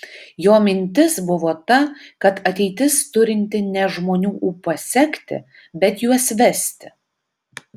jo mintis buvo ta kad ateitis turinti ne žmonių ūpą sekti bet juos vesti